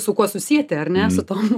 su kuo susieti ar ne su tomu